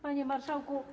Panie marszałku.